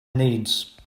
needs